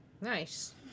Nice